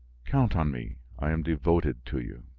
count on me, i am devoted to you.